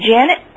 Janet